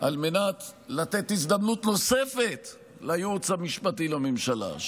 כדי לתת הזדמנות נוספת לייעוץ המשפטי לממשלה,